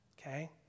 okay